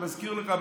אני מזכיר לך,